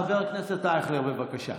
חבר הכנסת אייכלר, בבקשה.